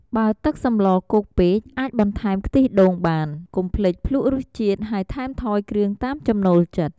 បើទឹកសម្លគោកពេក អាចបន្ថែមខ្ទិះដូងបាន កុំភ្លេចភ្លក្សរសជាតិហើយថែមថយគ្រឿងតាមចំណូលចិត្ត។